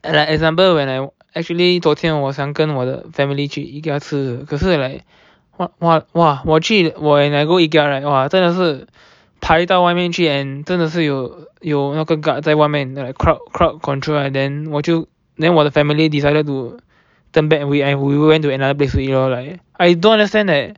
like example when I actually 昨天我想跟我的 family 去 Ikea 吃可是 like !wah! !wah! !wah! 我去 when I go Ikea right !wah! 真的是排到外面去 leh and 真的是有有那个 guard 在外面 like crowd crowd control and then 我就 then 我的 family decided to turn back we I we went to another place to eat lor like I don't understand leh